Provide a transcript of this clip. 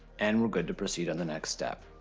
and we're good to proceed on the next step.